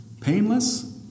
Painless